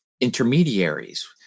intermediaries